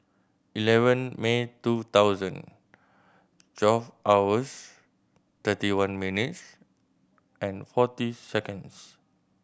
eleven May two thousand twelve hours thirty one minutes and forty seconds